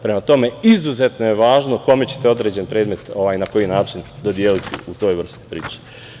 Prema tome, izuzetno je važno kome ćete određeni predmet na koji način dodeliti u toj vrsti priče.